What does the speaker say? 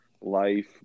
life